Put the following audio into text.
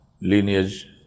Lineage